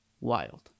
wild